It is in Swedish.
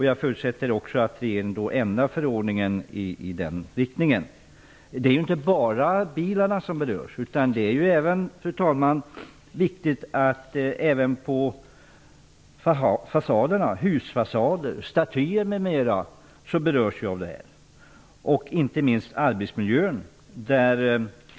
Jag förutsätter då att regeringen ändrar förordningen i den riktningen. Fru talman! Det är inte bara bilarna som berörs, utan även, och det är viktigt, husfasader, statyer, m.m. Inte minst arbetsmiljön berörs.